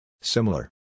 Similar